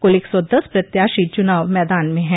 कुल एक सौ दस प्रत्याशी चुनाव मैदान में हैं